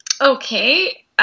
Okay